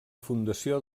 fundació